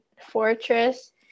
fortress